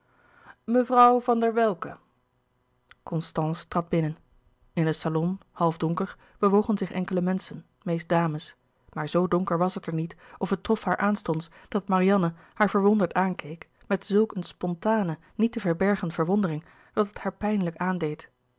mevrouw van der welcke constance trad binnen in den salon half donker bewogen zich enkele menschen meest dames maar z donker was het er niet of het trof haar aanstonds dat marianne haar verwonderd aankeek met zulk een spontane niet te verbergen verwondering dat het haar pijnlijk aandeed